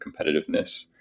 competitiveness